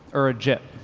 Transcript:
or a jit.